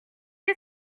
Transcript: est